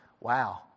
wow